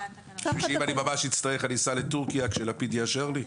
בשביל שאם אני ממש אצטרך אני אסע לטורקיה כשלפיד יאשר לי?